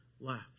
left